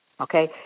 okay